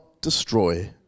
destroy